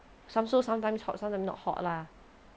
some so sometimes hot sometimes not hot lah